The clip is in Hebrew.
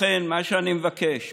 מה שאני מבקש,